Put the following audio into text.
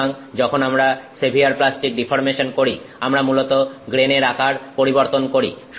সুতরাং যখন আমরা সেভিয়ার প্লাস্টিক ডিফর্মেশন করি আমরা মূলত গ্রেনের আকার পরিবর্তন করি